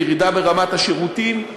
בירידה ברמת השירותים,